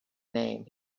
name